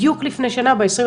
בדיוק לפני שנה, ב-21